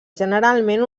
generalment